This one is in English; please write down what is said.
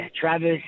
Travis